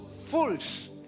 fools